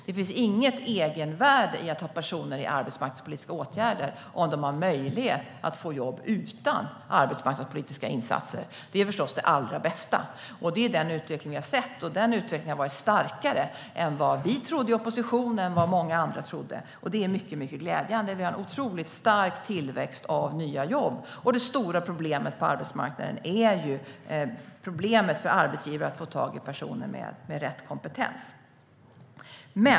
Det finns inget egenvärde i att ha personer i arbetsmarknadspolitiska åtgärder om de har möjlighet att få jobb utan arbetsmarknadspolitiska insatser. Det är förstås det allra bästa. Det är också den utveckling vi har sett, och den utvecklingen har varit starkare än vad vi trodde i opposition och vad många andra trodde. Det är mycket glädjande. Vi har en otroligt stark tillväxt av nya jobb. Det stora problemet på arbetsmarknaden är svårigheten för arbetsgivare att få tag i personer med rätt kompetens.